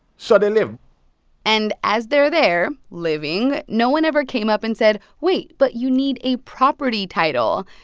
so they live and as they're there living, no one ever came up and said, wait but you need a property title.